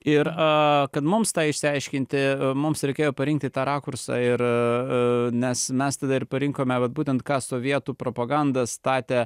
ir a kad mums tą išsiaiškinti mums reikėjo parinkti tą rakursą ir a nes mes tada ir parinkome vat būtent ką sovietų propaganda statė